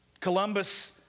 Columbus